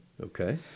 Okay